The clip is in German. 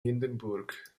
hindenburg